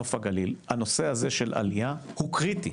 נוף הגליל, הנושא הזה של עלייה הוא קריטי,